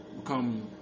become